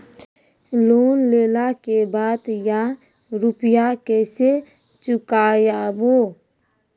Loan लेला के बाद या रुपिया केसे चुकायाबो?